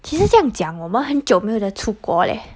其实这样讲我们很久没有得出国 leh